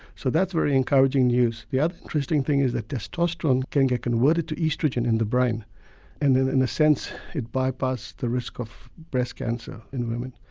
so that's very encouraging news. the other interesting thing is that testosterone can get converted to oestrogen in the brain and in in a sense it by passes the risk of breast cancer in women.